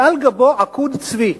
ועל גבו עקוד צבי,